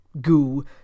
goo